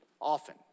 often